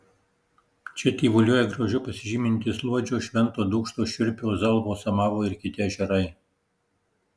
čia tyvuliuoja grožiu pasižymintys luodžio švento dūkšto šiurpio zalvo samavo ir kiti ežerai